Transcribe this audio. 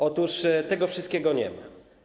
Otóż tego wszystkiego nie ma.